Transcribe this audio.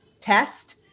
test